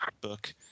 book